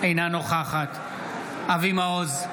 אינה נוכחת אבי מעוז,